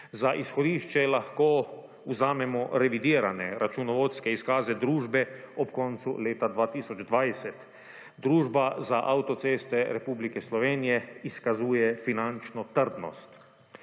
Za izhodišče lahko vzamemo revidirane računovodske izkaze družbe od koncu leta 2020. Družba za avtoceste Republike Slovenije izkazuje finančno trdnost.